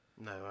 No